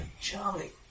Charlie